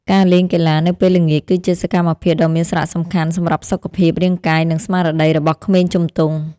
ការលេងកីឡានៅពេលល្ងាចគឺជាសកម្មភាពដ៏មានសារៈសំខាន់សម្រាប់សុខភាពរាងកាយនិងស្មារតីរបស់ក្មេងជំទង់។